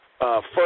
First